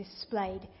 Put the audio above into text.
displayed